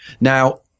now